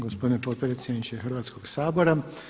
Gospodine potpredsjedniče Hrvatskoga sabora!